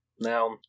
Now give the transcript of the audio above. Now